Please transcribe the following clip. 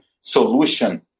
solution